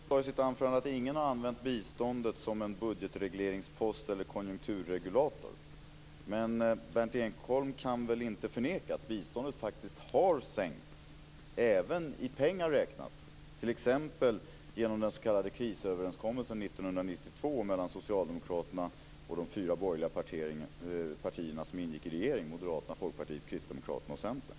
Fru talman! Berndt Ekholm sade i sitt anförde att det var ingen som hade använt biståndet som en budgetregleringspost eller som en konjunkturregulator. Men Berndt Ekholm kan väl inte förneka att biståndet faktiskt har sänkts även i pengar räknat t.ex. genom den s.k. krisöverenskommelsen 1992 mellan Socialdemokraterna och de fyra borgerliga partierna som ingick i regeringen, Moderaterna, Folkpartiet, Kristdemokraterna och Centern.